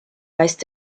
weist